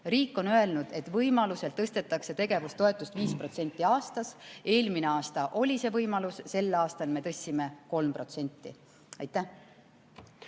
Riik on öelnud, et võimaluse korral tõstetakse tegevustoetust 5% aastas. Eelmine aasta oli see võimalus, sel aastal me tõstsime 3%. Anti